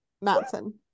Matson